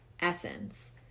essence